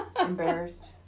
embarrassed